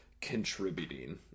contributing